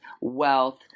wealth